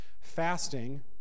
Fasting